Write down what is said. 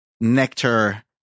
Nectar